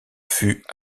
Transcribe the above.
fut